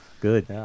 Good